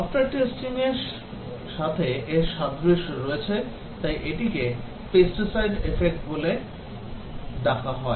software টেস্টিংয়ের সাথে এর সাদৃশ্য রয়েছে তাই এটিকে Pesticide Effect হিসাবে ডাকা হয়